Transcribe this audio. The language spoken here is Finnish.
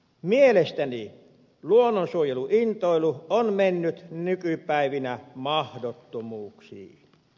mielestäni luonnonsuojeluintoilu on mennyt nykypäivinä mahdottomuuksiin